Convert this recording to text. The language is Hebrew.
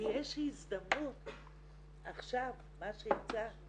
ויש הזדמנות עכשיו, מה שהצעת,